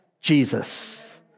Jesus